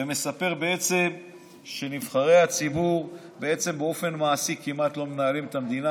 ומספר שנבחרי הציבור באופן מעשי בעצם כמעט לא מנהלים את המדינה.